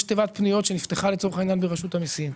יש תיבת פניות שנפתחה לצורך העניין ברשות המיסים,